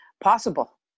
possible